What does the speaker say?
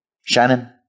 Shannon